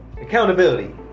Accountability